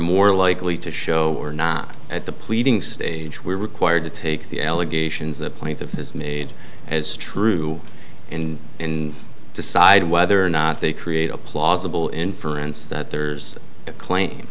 more likely to show or not at the pleading stage we're required to take the allegations that plaintiff has made as true and in decide whether or not they create a plausible inference that there's a claim